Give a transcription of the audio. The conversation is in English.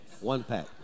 one-pack